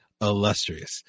Illustrious